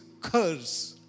curse